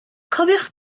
cofiwch